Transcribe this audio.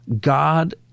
God